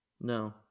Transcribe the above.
No